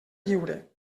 lliure